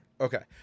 Okay